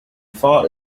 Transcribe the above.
fought